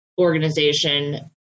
organization